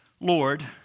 Lord